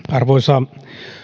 arvoisa